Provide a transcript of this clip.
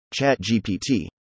ChatGPT